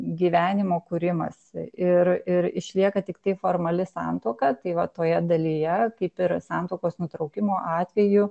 gyvenimo kūrimas ir ir išlieka tiktai formali santuoka tai va toje dalyje kaip ir santuokos nutraukimo atveju